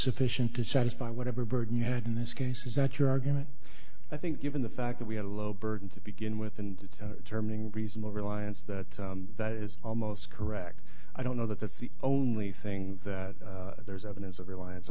sufficient to satisfy whatever burden you had in this case is that your argument i think given the fact that we have a low burden to begin with and terming reasonable reliance that that is almost correct i don't know that that's the only thing there's evidence of reliance